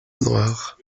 noire